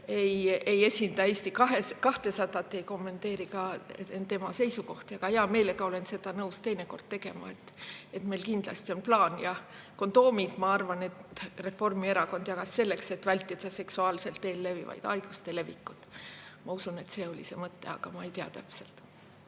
ei esinda Eesti 200 ja ei kommenteeri ka tema seisukohti, aga hea meelega olen nõus seda teinekord tegema. Meil kindlasti on plaan. Kondoome, ma arvan, jagas Reformierakond selleks, et vältida seksuaalsel teel levivaid haiguseid. Ma usun, et see oli see mõte, aga ma ei tea täpselt.